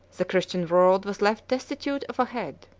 the christian world was left destitute of a head.